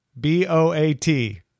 B-O-A-T